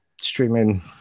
streaming